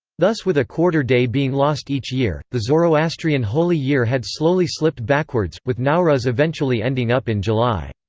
thus with a quarter day being lost each year, the zoroastrian holy year had slowly slipped backwards, with nowruz eventually ending up in july.